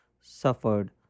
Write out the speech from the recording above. suffered